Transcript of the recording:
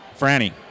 Franny